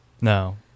No